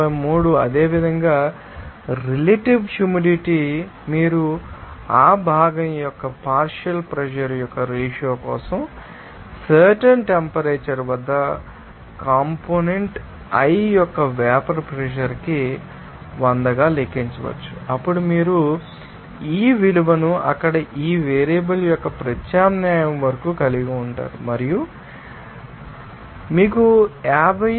53 అదేవిధంగా relative humidity మీరు ఆ భాగం యొక్క పార్షియల్ ప్రెషర్ యొక్క రేషియో కోసం సర్టెన్ టెంపరేచర్ వద్ద కాంపోనెంట్ i యొక్క వేపర్ ప్రెషర్ ానికి 100 గా లెక్కించవచ్చు అప్పుడు మీరు ఈ విలువను అక్కడ ఈ వేరియబుల్ యొక్క ప్రత్యామ్నాయం వరకు కలిగి ఉంటారు మరియు అది అవుతుంది మీకు 50